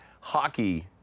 hockey